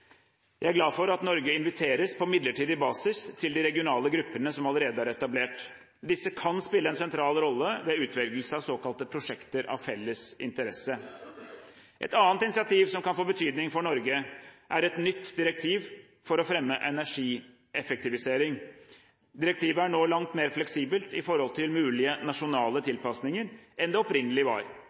Jeg er glad for at Norge inviteres på midlertidig basis til de regionale gruppene som allerede er etablert. Disse kan spille en sentral rolle ved utvelgelse av såkalte prosjekter av felles interesse. Et annet initiativ som kan få betydning for Norge, er et nytt direktiv for å fremme energieffektivisering. Direktivet er nå langt mer fleksibelt i forhold til mulige nasjonale tilpasninger enn det opprinnelig var.